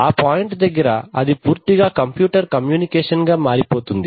ఆ పాయింట్ దగ్గర అది పూర్తిగా కంప్యూటర్ కమ్యూనికేషన్ గా మారిపోతుంది